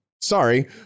sorry